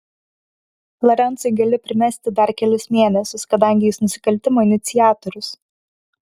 lorencui gali primesti dar kelis mėnesius kadangi jis nusikaltimo iniciatorius